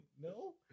No